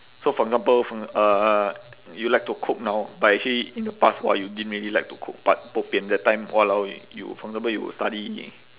so for example from uh you like to cook now but actually in the past !wah! you didn't really like to cook but bo pian that time !walao! you for example you study